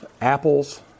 apples